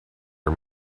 are